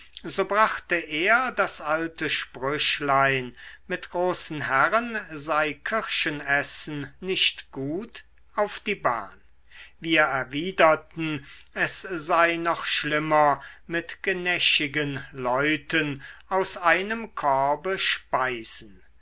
so brachte er das alte sprüchlein mit großen herren sei kirschessen nicht gut auf die bahn wir erwiderten es sei noch schlimmer mit genäschigen leuten aus einem korbe speisen